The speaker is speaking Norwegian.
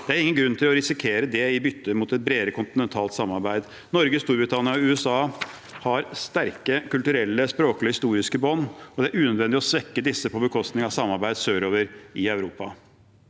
Det er ingen grunn til å risikere det i bytte mot et bredere kontinentalt samarbeid. Norge, Storbritannia og USA har sterke kulturelle, språklige og historiske bånd, og det er unødvendig å svekke disse til fordel for samarbeid sørover i Europa.